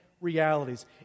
realities